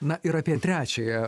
na ir apie trečiąją